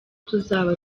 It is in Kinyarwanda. tuzaba